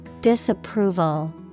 Disapproval